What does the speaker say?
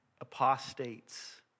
apostates